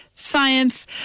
science